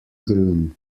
grün